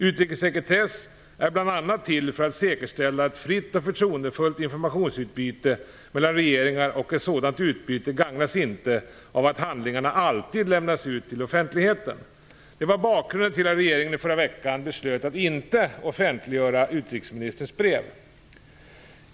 Utrikessekretess är bl.a. till för att säkerställa ett fritt och förtroendefullt informationsutbyte mellan regeringar, och ett sådant utbyte gagnas inte av att handlingarna alltid lämnas ut till offentligheten. Det var bakgrunden till att regeringen i förra veckan beslöt att inte offentliggöra utrikesministerns brev.